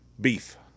Beef